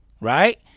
right